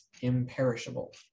imperishable